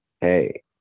hey